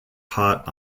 hot